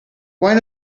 why